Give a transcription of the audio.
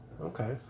Okay